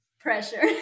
pressure